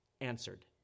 answered